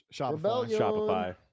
Shopify